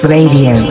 Radio